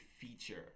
feature